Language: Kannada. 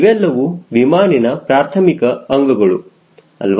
ಇವೆಲ್ಲವೂ ವಿಮಾನಿನ ಪ್ರಾರ್ಥಮಿಕ ಅಂಗಗಳು ಅಲ್ವಾ